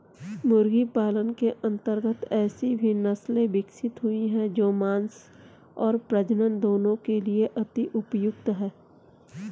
मुर्गी पालन के अंतर्गत ऐसी भी नसले विकसित हुई हैं जो मांस और प्रजनन दोनों के लिए अति उपयुक्त हैं